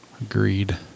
Agreed